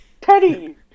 Teddy